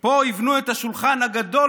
בהולנד,